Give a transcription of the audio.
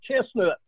Chestnut